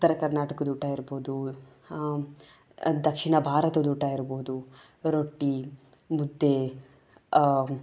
ಉತ್ತರ ಕರ್ನಾಟಕದ ಊಟ ಇರ್ಬೋದು ದಕ್ಷಿಣ ಭಾರತದ ಊಟ ಇರ್ಬೋದು ರೊಟ್ಟಿ ಮುದ್ದೆ